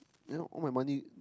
and now all my money